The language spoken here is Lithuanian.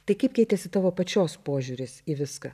tai kaip keitėsi tavo pačios požiūris į viską